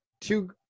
two